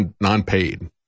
non-paid